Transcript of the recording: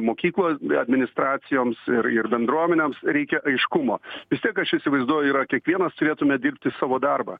mokyklos administracijoms ir ir bendruomenėms reikia aiškumo vis tiek aš įsivaizduoju yra kiekvienas turėtume dirbti savo darbą